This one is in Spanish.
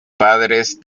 padres